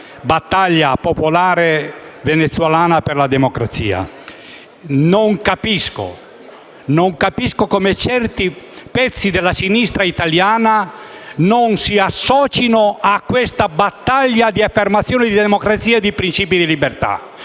battaglia popolare venezuelana per la democrazia. Non capisco come certi pezzi della sinistra italiana non si associno a questa battaglia di affermazione di democrazia e di principi di libertà: